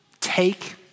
Take